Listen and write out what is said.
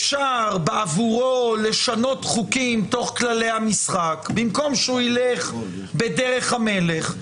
אפשר לשנות כללים תוך כדי המשחק במקום שהוא ילך בדרך המלך,